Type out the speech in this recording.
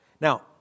Now